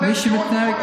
בוא, תן טיעון אחד